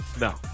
No